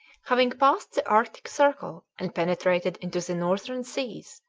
having passed the arctic circle and penetrated into the northern seas,